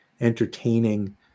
entertaining